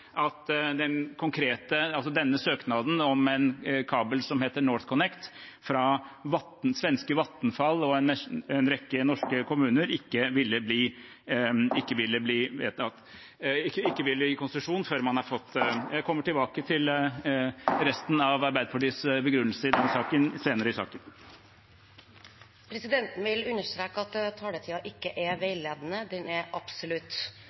at denne søknaden om en kabel som heter NorthConnect, fra svenske Vattenfall og en rekke norske kommuner, ikke ville gis konsesjon før man hadde fått – jeg kommer tilbake til resten av Arbeiderpartiets begrunnelser senere. Presidenten vil understreke at taletiden ikke er veiledende, den er absolutt.